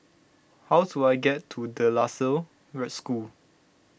how do I get to De La Salle School